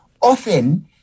often